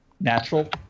natural